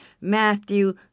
Matthew